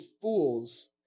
fools